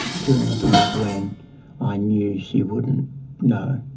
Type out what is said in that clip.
during the times when i knew she wouldn't know.